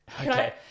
Okay